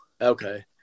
okay